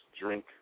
drink